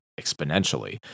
exponentially